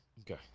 Okay